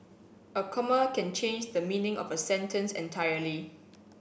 a comma can change the meaning of a sentence entirely